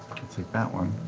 can take that one,